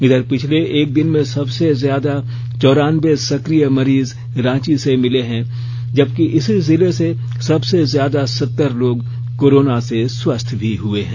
इधर पिछले एक दिन में सबसे ज्यादा चौरानबे सक्रिय मरीज रांची से मिले हैं जबकि इसी जिले से सबसे ज्यादा सत्तर लोग कोरोना से स्वस्थ भी हुए हैं